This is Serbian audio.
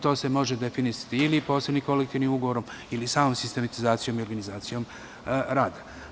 To se može definisati ili posebnim kolektivnim ugovorom ili samom sistematizacijom i organizacijom rada.